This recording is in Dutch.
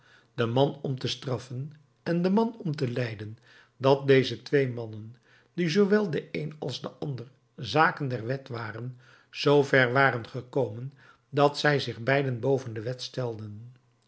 de man om te straffen en de man om te lijden dat deze twee mannen die zoowel de een als de ander zaken der wet waren zoover waren gekomen dat zij zich beiden boven de wet stelden